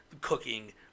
cooking